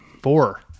four